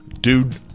dude